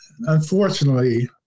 unfortunately